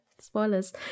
Spoilers